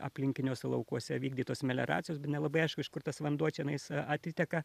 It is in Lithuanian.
aplinkiniuose laukuose vykdytos melioracijos bet nelabai aišku iš kur tas vanduo čionais atiteka